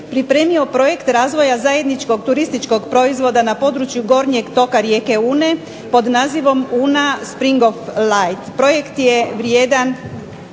pripremio projekt razvoja zajedničkog turističkog proizvoda na području gornjeg toka rijeke Une pod nazivom "Una spring of light". Projekt je vrijedan